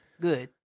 Good